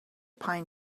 pine